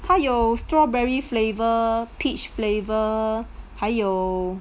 他有 strawberry flavour peach flavour 还有